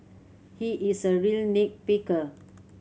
he is a real nit picker